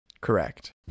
Correct